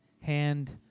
hand